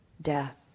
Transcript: death